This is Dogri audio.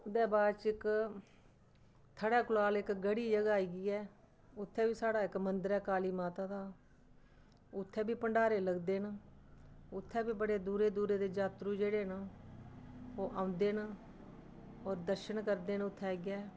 उ'दे बाद च इक थड़ै कुलाल इक गड़ी जगह् आई गेई ऐ उत्थै बी साढ़ा इक मंदर ऐ काली माता दा उत्थै बी भण्डारे लगदे न उत्थै बी बड़ी दूरै दूरै दे जात्तरू जेह्ड़े न ओह् औंदे न होर दर्शन करदे न उत्थै आइयै